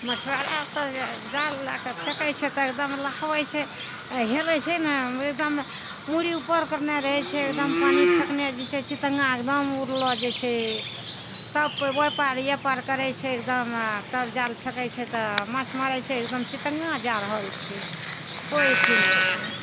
मछुआरा सब जे जाल लएके फेकय छै तऽ एकदम नहबय छै हेलय छै ने एकदम मुरी उपर करने रहय छै एकदम पानि फेकना जे छै चितङ्गा एकदम उरलो जाइ छै तब ओइ पार अइ पार करय छै एकदम आओर तब जाल फेकय छै तऽ माछ मारय छै एकदम चितङ्गा जा रहल छै कोइ अथी नहि छै